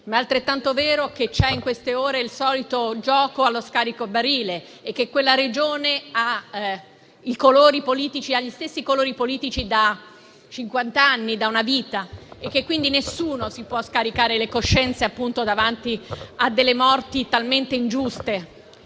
è altrettanto vero che in queste ore c'è il solito gioco allo scaricabarile e che quella Regione ha gli stessi colori politici da cinquant'anni, da una vita, per cui nessuno si può scaricare la coscienza davanti a delle morti talmente ingiuste.